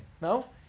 no